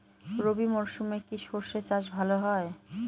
রবি মরশুমে কি সর্ষে চাষ ভালো হয়?